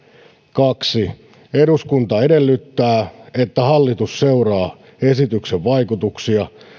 kaksi eduskunta edellyttää että hallitus seuraa esityksen vaikutuksia